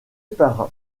par